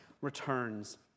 returns